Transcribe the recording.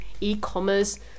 e-commerce